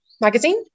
Magazine